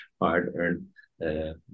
hard-earned